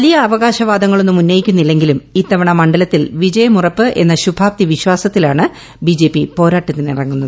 വലിയ അവകാശവാദങ്ങളൊന്നും ഉന്നയിക്കുന്നില്ലെങ്കിലും ഇത്തവണ മണ്ഡലത്തിൽ വിജയമുറപ്പ് എന്ന ശുഭാപ്തി വിശ്വാസത്തിലാണ് ഇത്തവണ ബിജെപി പോരാട്ടത്തിനിറങ്ങുന്നത്